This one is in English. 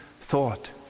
thought